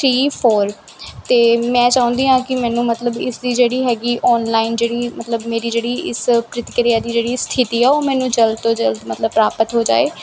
three four ਅਤੇ ਮੈਂ ਚਾਹੁੰਦੀ ਹਾਂ ਕਿ ਮੈਨੂੰ ਮਤਲਬ ਇਸ ਦੀ ਜਿਹੜੀ ਹੈਗੀ ਆਨਲਾਈਨ ਜਿਹੜੀ ਮਤਲਬ ਮੇਰੀ ਜਿਹੜੀ ਇਸ ਪ੍ਰਤੀਕਿਰਿਆ ਦੀ ਜਿਹੜੀ ਸਥਿਤੀ ਹੈ ਉਹ ਮੈਨੂੰ ਜਲਦ ਤੋਂ ਜਲਦ ਮਤਲਬ ਪ੍ਰਾਪਤ ਹੋ ਜਾਏ